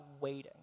waiting